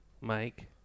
Mike